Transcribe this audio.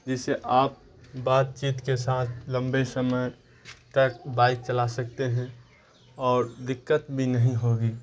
جسے آپ بات چیت کے ساتھ لمبے سمے تک بائک چلا سکتے ہیں اور دقت بھی نہیں ہوگی